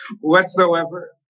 whatsoever